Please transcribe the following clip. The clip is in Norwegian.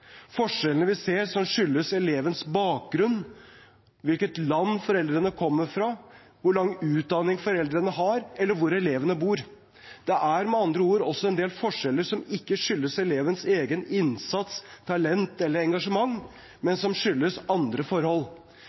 som skyldes elevens bakgrunn, hvilket land foreldrene kommer fra, hvor lang utdanning foreldrene har, eller hvor eleven bor. Det er med andre ord også en del forskjeller som ikke skyldes elevens egen innsats, talent eller engasjement, men som skyldes andre forhold.